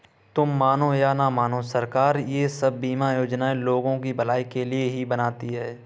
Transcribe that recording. तुम मानो या न मानो, सरकार ये सब बीमा योजनाएं लोगों की भलाई के लिए ही बनाती है